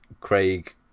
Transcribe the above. Craig